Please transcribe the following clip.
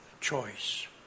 choice